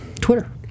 Twitter